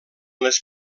les